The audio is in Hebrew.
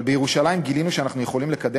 אבל בירושלים גילינו שאנחנו יכולים לקדם